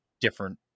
different